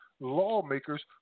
lawmakers